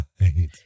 Right